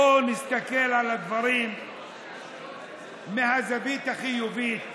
בואו נסתכל על הדברים מהזווית החיובית.